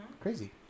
Crazy